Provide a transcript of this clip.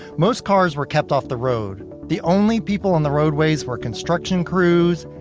most cars were kept off the road. the only people on the roadways were construction crews,